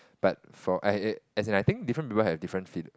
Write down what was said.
but for I I I as in I think different people have different fe~